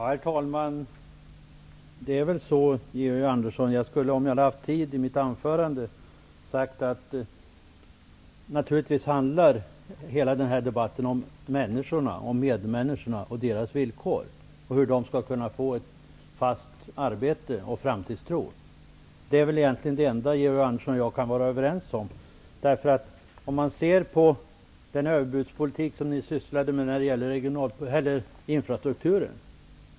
Herr talman! Om jag hade haft tid i mitt anförande skulle jag ha sagt att hela den här debatten naturligvis handlar om människorna och deras villkor, om hur de skall kunna få ett fast arbete och framtidstro. Det är väl egentligen det enda Georg Andersson och jag kan vara överens om. Se på den överbudspolitik ni sysslade med i fråga om infrastrukturen!